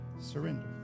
surrender